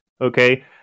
Okay